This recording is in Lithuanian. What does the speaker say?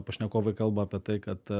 pašnekovai kalba apie tai kad